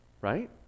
Right